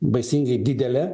baisingai didelė